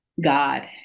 God